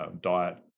diet